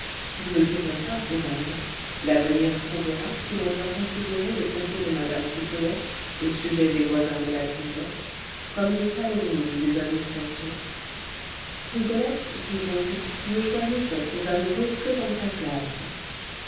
nous ne dirons pas ses amants l'avenir prouvera si l'on doit considérer les propos de mme pipelet au sujet des voisins de la grisette comme des calomnies ou des indiscrétions rigolette disons-nous ne choisissait ses amoureux que dans sa classe